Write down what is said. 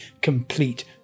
complete